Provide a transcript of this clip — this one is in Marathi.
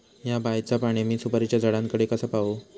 हया बायचा पाणी मी सुपारीच्या झाडान कडे कसा पावाव?